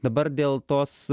dabar dėl tos